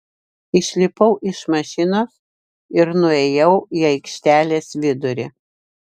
išlipau iš mašinos ir nuėjau į aikštelės vidurį